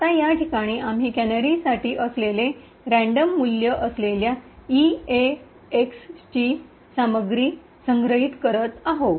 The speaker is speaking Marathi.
आता या ठिकाणी आम्ही कॅनरीसाठी असलेली यादृच्छिक रैन्डम् random मूल्य असलेल्या ईएएक्सची सामग्री संग्रहित करीत आहोत